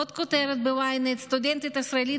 עוד כותרת ב-ynet: סטודנטית ישראלית